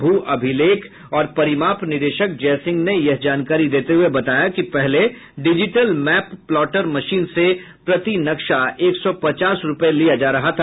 भू अभिखेल और परिमाप निदेशक जय सिंह ने यह जानकारी देते हुये बताया कि पहले डिजिटल मैप प्लॉटर मशीन से प्रति नक्शा एक सौ पचास रूपये लिया जा रहा था